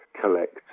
collect